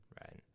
right